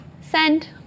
Send